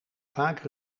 vaak